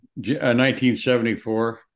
1974